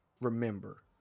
remember